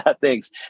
Thanks